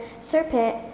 serpent